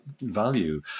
value